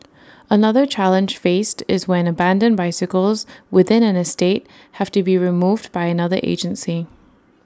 another challenge faced is when abandoned bicycles within an estate have to be removed by another agency